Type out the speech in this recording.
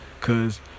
Cause